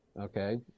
Okay